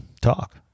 talk